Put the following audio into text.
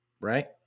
right